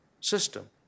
system